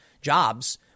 jobs